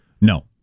No